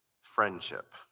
friendship